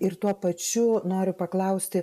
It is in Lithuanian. ir tuo pačiu noriu paklausti